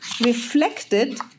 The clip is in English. reflected